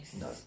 No